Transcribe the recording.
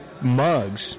mugs